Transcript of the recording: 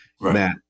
Matt